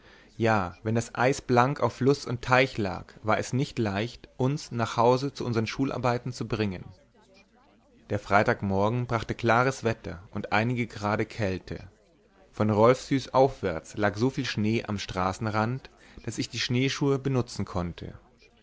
ja wenn das eis blank auf fluß und teich lag war es nicht leicht uns nach hause zu unsern schularbeiten zu bringen der freitagmorgen brachte klares wetter und einige grade kälte von rolfshus aufwärts lag soviel schnee am straßenrand daß ich die schneeschuhe benutzen konnte